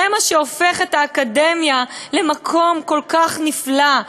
זה מה שהופך את האקדמיה למקום כל כך נפלא,